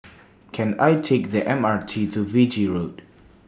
Can I Take The M R T to Fiji Road